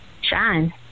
shine